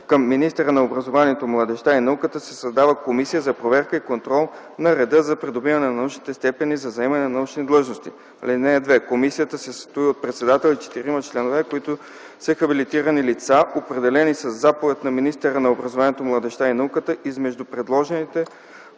Към министъра на образованието, младежта и науката се създава Комисия за проверка и контрол на реда за придобиване на научни степени за заемане на научни длъжности. (2) Комисията се състои от председател и четирима членове, които са хабилитирани лица, определени със заповед на министъра на образованието, младежта и науката измежду предложените